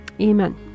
Amen